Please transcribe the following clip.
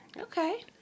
Okay